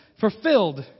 fulfilled